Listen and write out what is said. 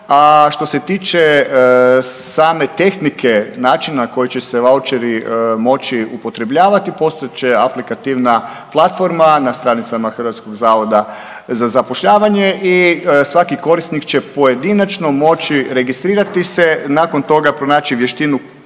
što se tiče same tehničke, načina na koji će se vaučeri moći upotrebljavati postojat će aplikativna platforma na stranicama HZZ-a i svaki korisnik će pojedinačno moći registrirati se, nakon toga pronaći vještinu